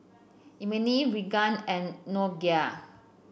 Emely Regan and Nokia